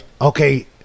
okay